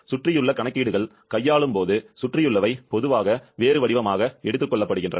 சுற்றியுள்ள கணக்கீடுகள் கையாளும் போது சுற்றியுள்ளவை பொதுவாக வேறு வடிவமாக எடுத்துக் கொள்ளப்படுகின்றன